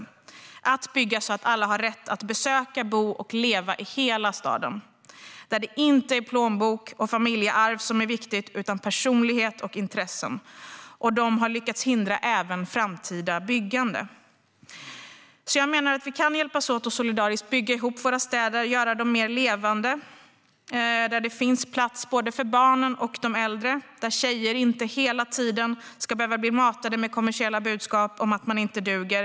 Det handlar om att bygga så att alla har rätt att besöka, bo och leva i hela staden. Där är det inte plånbok och familjearv som är viktigt utan personlighet och intressen. Man har lyckats hindra även framtida byggande. Jag menar att vi solidariskt kan hjälpas åt att bygga ihop våra städer och göra dem mer levande. Där finns det plats för både barnen och de äldre. Där ska tjejer inte hela tiden behöva bli matade med kommersiella budskap om att de inte duger.